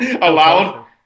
Allowed